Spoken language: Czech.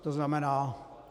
To znamená...